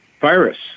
virus